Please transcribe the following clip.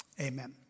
Amen